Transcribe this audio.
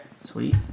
Sweet